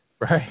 Right